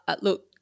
Look